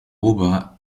ober